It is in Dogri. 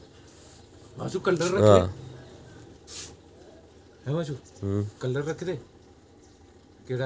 आं